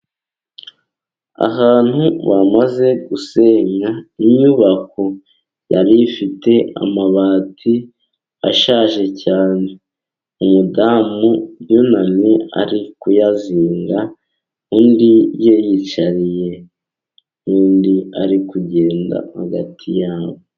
Ahantu bamaze gusenya inyubako yari ifite amabati ashaje cyane. Umudamu yunamye ari kuyazinga undi yariyicariye, n'undi ari kugenda hagati yabo.